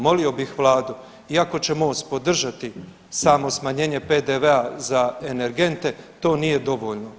Molio bih vladu iako će MOST podržati samo smanjenje PDV-a za energente to nije dovoljno.